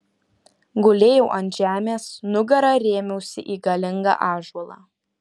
gulėjau ant žemės nugara rėmiausi į galingą ąžuolą